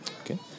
Okay